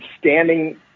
standing